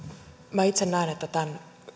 minä itse näen että tämän